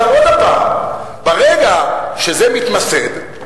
עכשיו, עוד הפעם: ברגע שזה מתמסד,